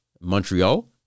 montreal